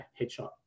headshot